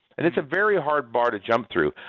and it's a very hard bar to jump through.